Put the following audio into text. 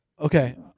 Okay